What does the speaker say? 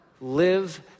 live